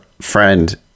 friend